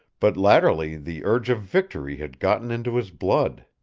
but latterly the urge of victory had gotten into his blood.